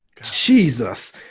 Jesus